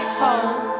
home